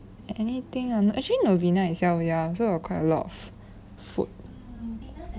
anything ah actually novena itself ya also got quite a lot of food